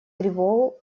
тревогу